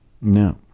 No